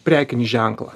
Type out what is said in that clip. prekinį ženklą